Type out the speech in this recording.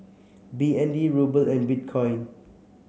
B N D Ruble and Bitcoin